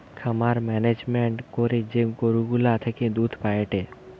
খামার মেনেজমেন্ট করে যে গরু গুলা থেকে দুধ পায়েটে